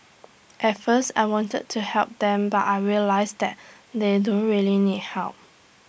at first I wanted to help them but I realised that they don't really need help